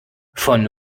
von